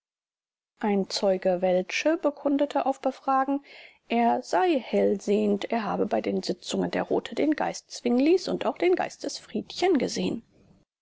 ein zeuge welsche bekundet auf befragen er sei hellsehend er habe bei den sitzungen der rothe den geist zwinglis und auch den geist des friedchen gesehen